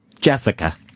Jessica